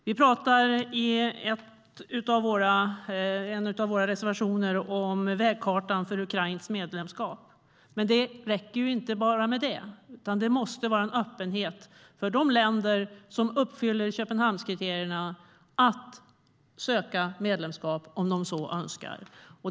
Vi talar i en av våra reservationer om vägkartan för ukrainskt medlemskap. Men det räcker inte bara med det. Det måste vara en öppenhet för de länder som uppfyller Köpenhamnskriterierna att söka medlemskap om de så önskar.